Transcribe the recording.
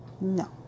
No